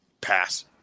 Pass